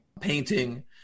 painting